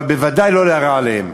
אבל ודאי לא להרע להם.